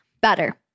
better